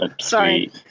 Sorry